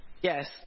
Yes